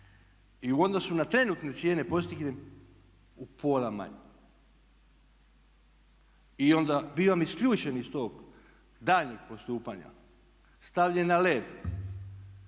u odnosu na trenutne cijene postignem u pola manje. I onda bivam isključen iz tog daljnjeg postupanja, stavljen na led